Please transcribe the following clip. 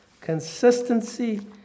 Consistency